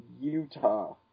Utah